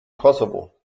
kosovo